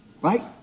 Right